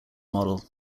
model